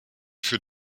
für